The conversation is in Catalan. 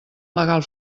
legal